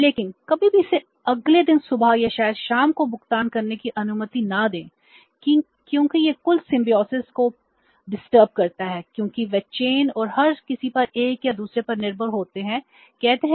लेकिन कभी भी इसे अगले दिन सुबह या शायद शाम को भुगतान करने की अनुमति न दें क्योंकि यह कुल सिम्बायोसिस नहीं है